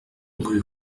rue